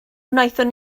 wnaethon